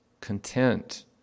content